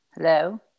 Hello